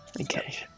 Okay